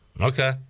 Okay